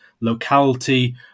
locality